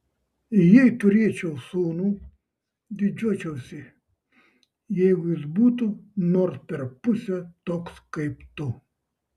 jei turėčiau sūnų didžiuočiausi jeigu jis būtų nors per pusę toks kaip tu